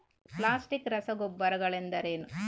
Plastic ರಸಗೊಬ್ಬರಗಳೆಂದರೇನು?